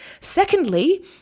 Secondly